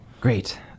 Great